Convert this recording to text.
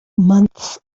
months